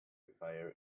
fire